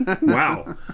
Wow